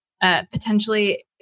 Potentially